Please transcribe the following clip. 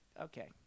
okay